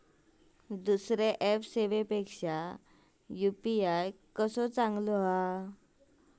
दुसरो ऍप सेवेपेक्षा यू.पी.आय कसो चांगलो हा?